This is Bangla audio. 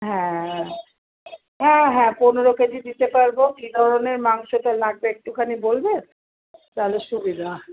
হ্যাঁ হ্যাঁ হ্যাঁ পনেরো কেজি দিতে পারবো কি ধরনের মাংসটা লাগবে একটুখানি বলবেন তাহলে সুবিধা হয়